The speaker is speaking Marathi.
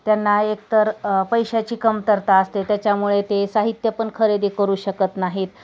त्यांना एकतर पैशाची कमतरता असते त्याच्यामुळे ते साहित्य पण खरेदी करू शकत नाहीत